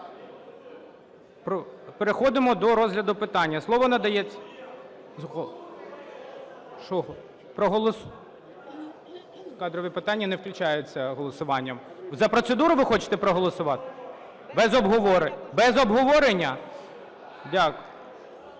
Переходимо до розгляду питання. Слово надається… (Шум у залі) Кадрові питання не включаються голосуванням. За процедуру ви хочете проголосувати? Без обговорення? Дякую.